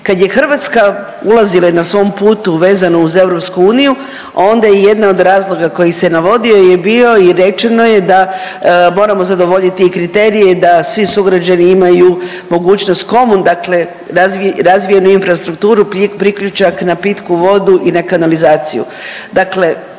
Kad je Hrvatska ulazila i na svom putu vezano uz EU onda je jedna od razloga koji se navodio je bio i rečeno je da moramo zadovoljiti i kriterije da svi sugrađani imaju mogućnost komun, dakle razvijenu infrastrukturu, priključak na pitku vodu i na kanalizaciju.